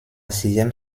sixième